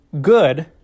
good